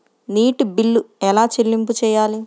నీటి బిల్లు ఎలా చెల్లింపు చేయాలి?